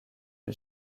les